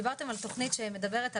דיברתם על תוכנית שמדברת,